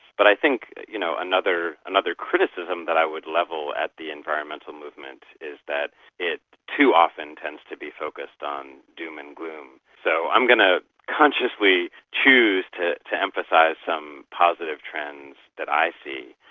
but i think you know another another criticism that i would level at the environmental movement is that it too often tends to be focused on doom and gloom. so i'm going to consciously choose to to emphasise some positive trends that i see.